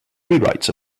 rewrites